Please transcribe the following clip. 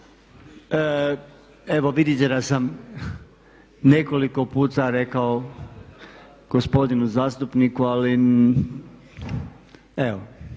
Evo vidite da sam nekoliko puta rekao gospodinu zastupniku, ali evo